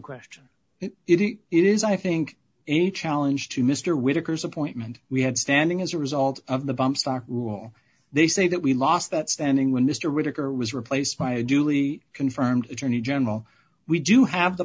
question if it is i think a challenge to mr whittaker's appointment we had standing as a result of the bumps rule they say that we lost that standing when mr whitaker was replaced by a duly confirmed attorney general we do have the